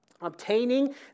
obtaining